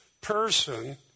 person